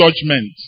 judgment